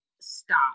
stop